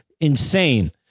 insane